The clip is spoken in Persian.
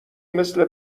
مثه